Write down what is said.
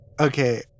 Okay